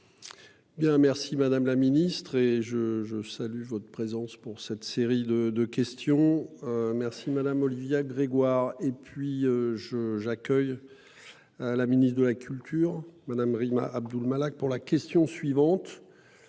merci madame la ministre et je, je salue votre présence pour cette série de de questions. Merci madame Olivia Grégoire et puis je j'accueille. La ministre de la culture madame Rima Abdul-Malak pour la question suivante.